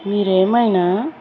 మీరేమైనా